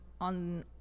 on